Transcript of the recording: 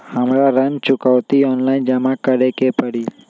हमरा ऋण चुकौती ऑनलाइन जमा करे के परी?